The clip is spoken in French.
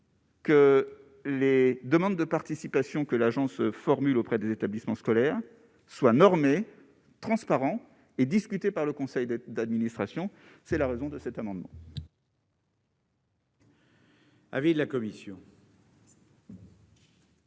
Que les demandes de participation que l'agence formule auprès des établissements scolaires. Soit normé transparents et discutées par le Conseil d'être, d'administration, c'est la raison de cet amendement.